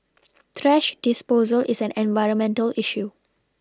thrash disposal is an environmental issue